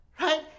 right